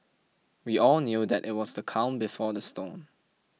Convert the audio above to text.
we all knew that it was the calm before the storm